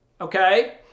Okay